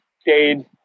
stayed